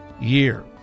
year